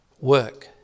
work